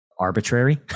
arbitrary